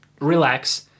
relax